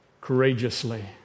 courageously